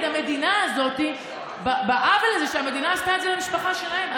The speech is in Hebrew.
שהמדינה הזאת עשתה את העוול הזה למשפחה שלהם.